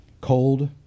cold